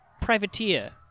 privateer